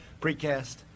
Precast